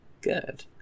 Good